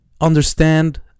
understand